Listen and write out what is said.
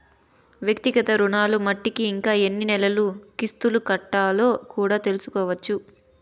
వ్యక్తిగత రుణాలు మట్టికి ఇంకా ఎన్ని నెలలు కిస్తులు కట్టాలో కూడా తెల్సుకోవచ్చు